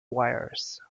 wires